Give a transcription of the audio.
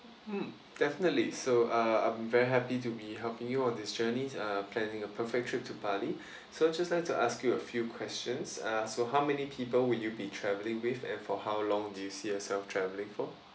mm definitely so uh I'm very happy to be helping you on this journey uh planning a perfect trip to bali so I just like to ask you a few questions uh so how many people will you be travelling with and for how long do you see yourself travelling for